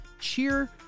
cheer